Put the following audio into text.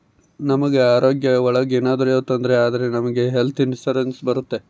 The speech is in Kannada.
ನಮ್ ಆರೋಗ್ಯ ಒಳಗ ಏನಾದ್ರೂ ತೊಂದ್ರೆ ಆದ್ರೆ ನಮ್ಗೆ ಹೆಲ್ತ್ ಇನ್ಸೂರೆನ್ಸ್ ಬರುತ್ತೆ